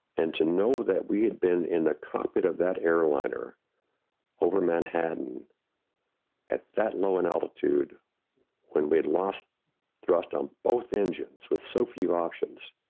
and to know that we had been in the cockpit of that airliner over manhattan at that low an altitude when we had lost thrust on both engines with so few options.